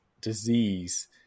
disease